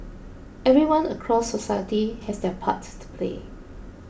everyone across society has their part to play